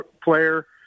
player